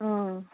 ꯎꯝ